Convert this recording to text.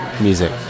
music